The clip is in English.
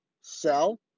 sell